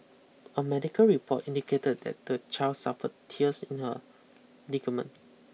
a medical report indicated that the child suffered tears in her ligament